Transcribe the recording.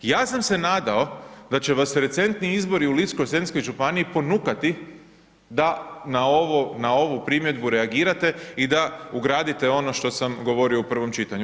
Ja sam se nadao da će vas recentni izbori u ličko-senjskoj županiji ponukati da na ovu primjedbu reagirate i da ugradite ono što sam govorio u prvom čitanju.